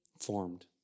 formed